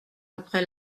après